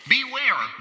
Beware